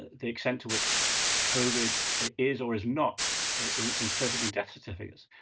the extent to which covid is or is not inserted in death certificates,